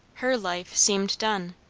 her life seemed done,